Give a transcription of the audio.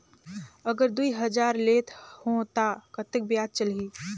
अगर दुई हजार लेत हो ता कतेक ब्याज चलही?